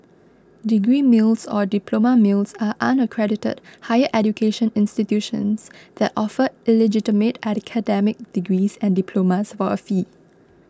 degree mills or diploma mills are unaccredited higher education institutions that offer illegitimate academic degrees and diplomas for a fee